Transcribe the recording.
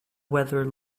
weather